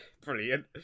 brilliant